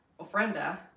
ofrenda